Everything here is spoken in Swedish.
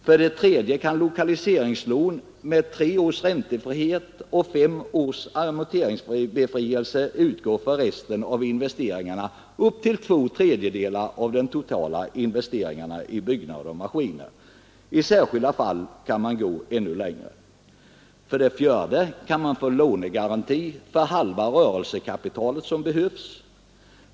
För det tredje kan lokaliseringslån med tre års räntefrihet och fem års amorteringsbefrielse utgå för resten av investeringarna upp till två tredjedelar av de totala investeringarna i byggnader och maskiner. I särskilda fall kan man gå ännu längre. För det fjärde kan man få lånegaranti för halva det rörelsekapital som behövs.